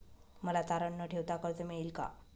मला तारण न ठेवता कर्ज मिळेल का?